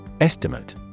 Estimate